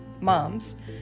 moms